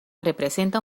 representa